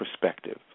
perspective